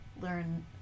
learn